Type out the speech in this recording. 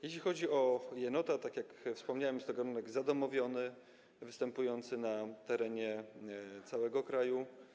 Jeśli chodzi o jenota, tak jak wspomniałem, jest to gatunek zadomowiony, występujący na terenie całego kraju.